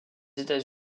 états